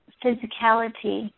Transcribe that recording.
physicality